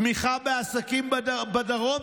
תמיכה בעסקים בדרום,